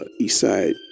Eastside